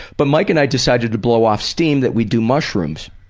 but mike and i decided to blow off steam that we'd do mushrooms,